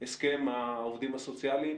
הסכם העובדים הסוציאליים